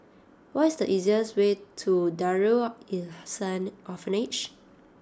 what is the easiest way to Darul Ihsan Orphanage